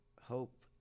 hope